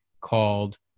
called